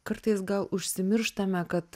kartais gal užsimirštame kad